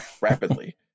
rapidly